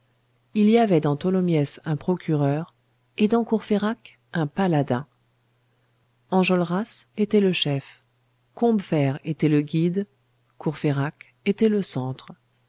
il y avait dans tholomyès un procureur et dans courfeyrac un paladin enjolras était le chef combeferre était le guide courfeyrac était le centre